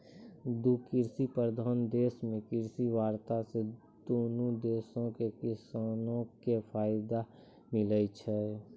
दु कृषि प्रधान देशो मे कृषि वार्ता से दुनू देशो के किसानो के फायदा मिलै छै